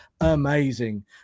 amazing